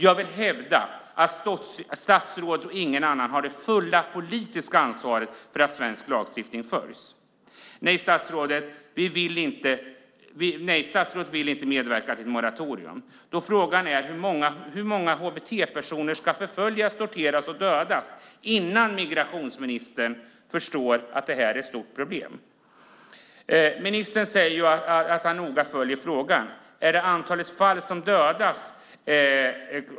Jag vill hävda att statsrådet och ingen annan har det fulla politiska ansvaret för att svensk lagstiftning följs. Nej, statsrådet vill inte medverka till moratorium. Då är frågan hur många hbt-personer som ska förföljas, torteras och dödas innan migrationsministern förstår att detta är ett stort problem. Ministern säger ju att han noga följer frågan.